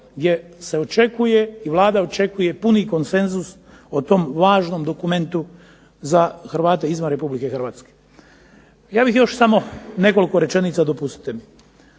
gdje se očekuje i Vlada očekuje puni konsenzus o tom važnom dokumentu za Hrvate izvan RH. Ja bih još samo nekoliko rečenica, dopustite mi.